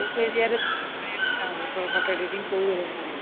କେଉଁ ଏରିଆରେ କରିବାପାଇଁ ଚାହୁଁଛ ଫୋଟୋ ଏଡ଼ିଟିଂ କେଉଁ ଏରିଆରେ କରିବାକୁ ଚାହୁଁଛନ୍ତି